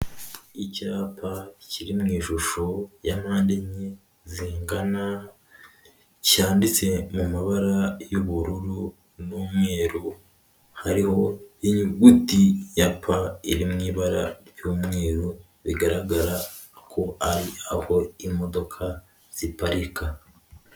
Icyapa kiri mu ishusho ya mpande enye zingana, cyanditse mu mabara y'ubururu n'umweru, hariho inyuguti ya P iri mwibara ry'umweru bigaragara ko ari aho imodoka ziparika.